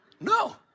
No